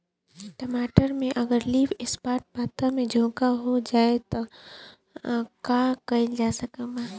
टमाटर में अगर लीफ स्पॉट पता में झोंका हो जाएँ त का कइल जा सकत बा?